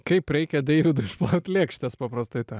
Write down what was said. kaip reikia deividui išplaut lėkštes paprastai tar